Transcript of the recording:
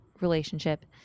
relationship